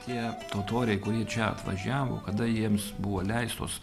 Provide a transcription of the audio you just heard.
tie totoriai kurie čia atvažiavo kada jiems buvo leistos